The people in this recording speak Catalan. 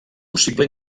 possible